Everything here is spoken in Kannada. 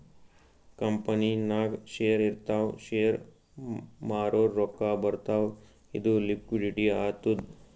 ಕಂಪನಿನಾಗ್ ಶೇರ್ ಇರ್ತಾವ್ ಶೇರ್ ಮಾರೂರ್ ರೊಕ್ಕಾ ಬರ್ತಾವ್ ಅದು ಲಿಕ್ವಿಡಿಟಿ ಆತ್ತುದ್